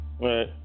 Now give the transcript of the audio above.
Right